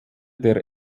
der